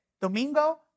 Domingo